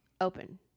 open